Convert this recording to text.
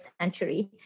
century